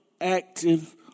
active